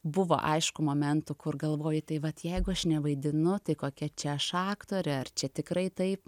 buvo aišku momentų kur galvoji tai vat jeigu aš nevaidinu tai kokia čia aš aktorė ar čia tikrai taip